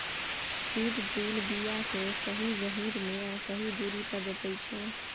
seed drill बीया केँ सही गहीर मे आ सही दुरी पर रोपय छै